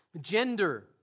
gender